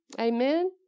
amen